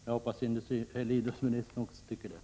Jag hoppas att också idrottsministern tycker det.